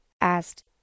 asked